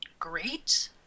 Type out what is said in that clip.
great